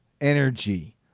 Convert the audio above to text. energy